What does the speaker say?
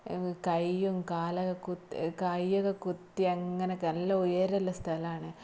കൈയും കാലൊക്കെ കുത്തി കൈയൊക്കെ കുത്തി അങ്ങനെ ഒക്കെ നല്ല ഉയരമുള്ള സ്ഥലമാണ്